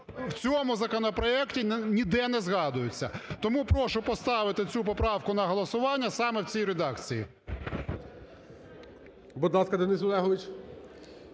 в цьому законопроекті ніде не згадується. Тому прошу поставити цю поправку на голосування саме в цій редакції.